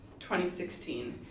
2016